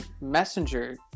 Messenger